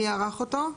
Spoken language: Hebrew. מי ערך אותו?